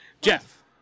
Jeff